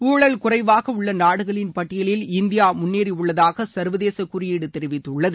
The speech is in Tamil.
ஊழல் குறைவாக உள்ள நாடுகளின் பட்டியலில் இந்தியா முன்னேறியுள்ளதாக சங்வதேச குறியீடு தெரிவித்துள்ளது